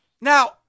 Now